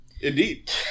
Indeed